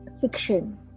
fiction